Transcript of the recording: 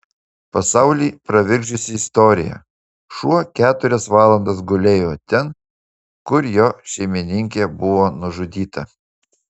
pasaulį pravirkdžiusi istorija šuo keturias valandas gulėjo ten kur jo šeimininkė buvo nužudyta